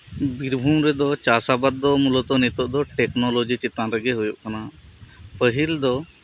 ᱵᱤᱨᱵᱷᱩᱢᱨᱮᱫᱚ ᱪᱟᱥ ᱟᱵᱟᱫ ᱫᱚ ᱢᱩᱞᱚᱛᱚ ᱱᱤᱛᱚᱜ ᱫᱚ ᱴᱮᱠᱱᱚᱞᱚᱡᱤ ᱪᱮᱛᱟᱱ ᱨᱮᱜᱤ ᱦᱩᱭᱩᱜ ᱠᱟᱱᱟ ᱯᱟᱹᱦᱤᱞ ᱫᱚ